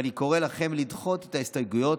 ואני קורא לכם לדחות את ההסתייגויות